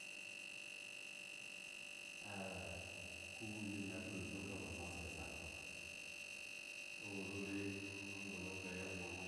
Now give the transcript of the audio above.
huhuhi me klo elu ka ba moazga esa khpa oba rurii gbole oghre ya gboŋ lo,